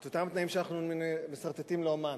את אותם תנאים שאנחנו מסרטטים לאמן,